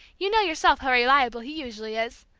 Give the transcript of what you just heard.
you know yourself how reliable he usually is,